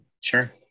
Sure